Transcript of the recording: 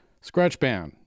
ScratchBand